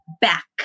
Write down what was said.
back